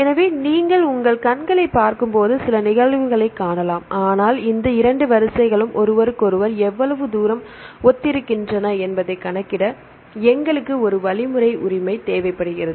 எனவே நீங்கள் உங்கள் கண்களைப் பார்க்கும்போது சில நிகழ்வுகளைக் காணலாம் ஆனால் இந்த இரண்டு வரிசைகளும் ஒருவருக்கொருவர் எவ்வளவு தூரம் ஒத்திருக்கின்றன என்பதைக் கணக்கிட எங்களுக்கு ஒரு வழிமுறை உரிமை தேவைப்படுகிறது